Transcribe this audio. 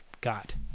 got